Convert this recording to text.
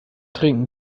trinken